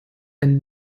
ein